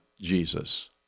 Jesus